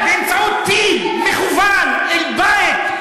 באמצעות טיל מכוון אל בית,